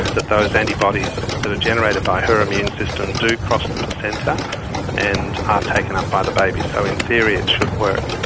that those antibodies that are generated by her immune system do cross the placenta and are taken up by the baby. so in theory it should work.